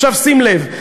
עכשיו, שים לב.